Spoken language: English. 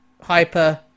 Hyper